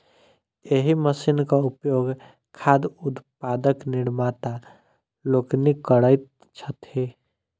एहि मशीनक उपयोग खाद्य उत्पादक निर्माता लोकनि करैत छथि